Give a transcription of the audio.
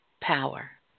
power